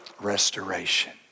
restoration